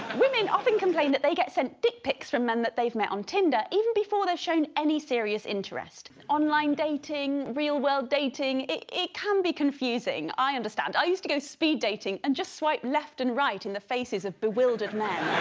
women often complain that they get sent dick pics remember that they've met on tinder even before they've shown any serious interest online dating real-world dating. it can be confusing. i understand i used to go speed dating and just swipe left and right in the faces of bewildered man